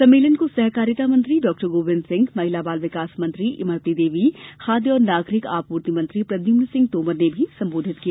सम्मेलन को सहकारिता मंत्री डॉक्टर गोविन्द सिंह महिला बाल विकास मंत्री श्रीमती इमरती देवी खाद्य एवं नागरिक आपूर्ति मंत्री प्रद्युम्न सिंह तोमर ने भी संबोधित किया